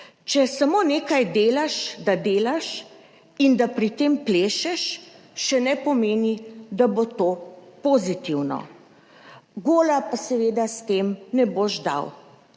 Če samo nekaj delaš, da delaš in da pri tem plešeš, še ne pomeni, da bo to pozitivno, gola pa seveda s tem ne boš dal